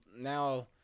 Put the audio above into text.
now